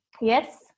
yes